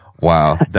Wow